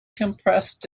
compressed